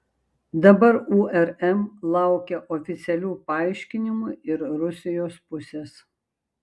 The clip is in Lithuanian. dabar urm laukia oficialių paaiškinimų ir rusijos pusės